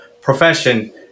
profession